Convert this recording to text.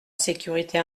sécurité